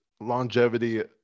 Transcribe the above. longevity